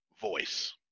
voice